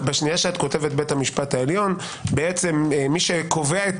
כשאת כותבת בית המשפט העליון מי שקובע את